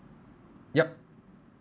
yup